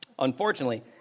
Unfortunately